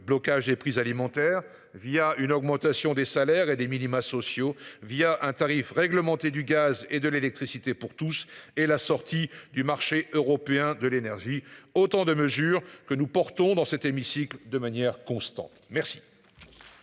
blocage des prix alimentaires via une augmentation des salaires et des minima sociaux via un tarif réglementé du gaz et de l'électricité pour tous et la sortie du marché européen de l'énergie. Autant de mesures que nous portons dans cet hémicycle de manière constante, merci.